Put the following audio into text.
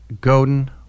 Godin